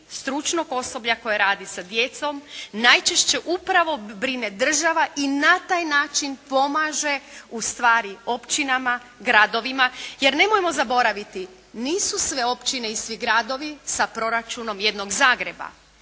stručnog osoblja koje radi sa djecom najčešće upravo brine država i na taj način pomaže ustvari općinama, gradovima, jer nemojmo zaboraviti nisu sve općine i svi gradovi sa proračunom jednog Zagreba